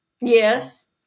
Yes